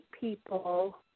people